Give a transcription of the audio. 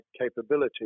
capability